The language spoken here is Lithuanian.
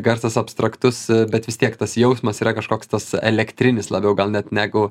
garsas abstraktus bet vis tiek tas jausmas yra kažkoks tas elektrinis labiau gal net negu